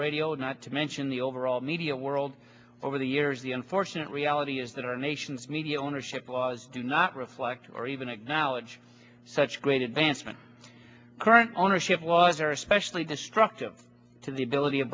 radio not to mention the overall media world over the years the unfortunate reality is that our nation's media ownership laws do not reflect or even acknowledge such great advancement current ownership laws are especially destructive to the ability of